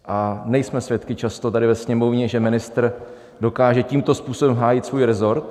A nejsme svědky často tady ve Sněmovně, že ministr dokáže tímto způsobem hájit svůj resort.